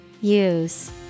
Use